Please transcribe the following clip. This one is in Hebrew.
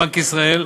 בנק ישראל,